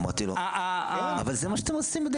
אמרתי לו: אבל זה מה שאתם עושים,